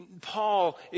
Paul